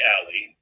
Alley